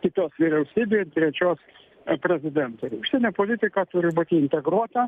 kitos vyriausybėj ir trečios prezidento užsienio politika turi būti integruota